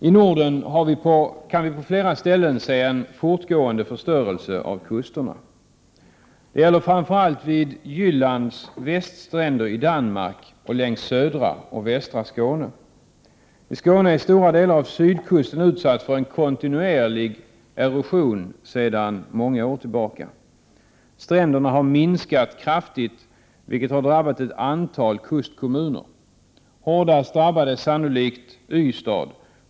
I Norden kan vi på flera ställen se en fortgående förstörelse av kusterna. Det gäller framför allt vid Jyllands väststränder i Danmark och längs södra och västra Skåne. I Skåne är stora delar av sydkusten utsatt för en kontinuerlig erosion sedan många år tillbaka. Stränderna har minskat kraftigt, vilket har drabbat ett antal kustkommuner. Hårdast drabbad är sannolikt Ystad.